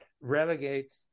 relegate